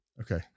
Okay